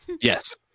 yes